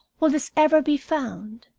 will this ever be found?